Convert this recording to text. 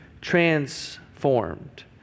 transformed